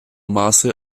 maße